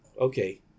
Okay